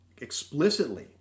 explicitly